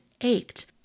ached